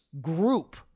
group